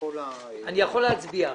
יכול להצביע עכשיו?